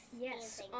Yes